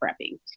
prepping